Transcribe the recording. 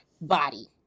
body